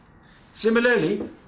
Similarly